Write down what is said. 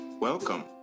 Welcome